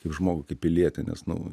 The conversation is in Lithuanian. kaip žmogų kaip pilietį nes nu